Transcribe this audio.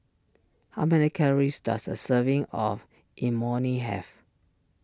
how many calories does a serving of Imoni have